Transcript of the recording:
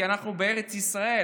כי אנחנו בארץ ישראל,